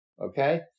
Okay